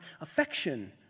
affection